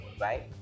right